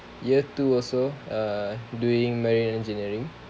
year two also doing uh marine engineering